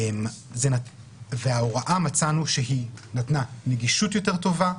ומצאנו שההוראה נתנה נגישות יותר טובה,